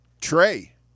trey